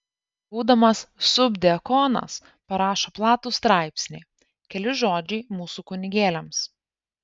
būdamas subdiakonas parašo platų straipsnį keli žodžiai mūsų kunigėliams